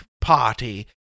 party